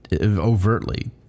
overtly